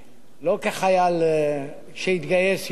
לא כחייל שהתגייס יום קודם.